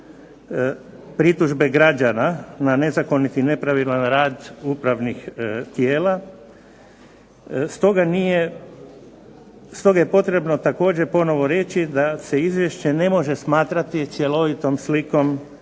pritužbe građana na nezakonit i nepravilan rad upravnih tijela. Stoga je potrebno također ponovo reći da se izvješće ne može smatrati cjelovitom slikom